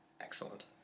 excellent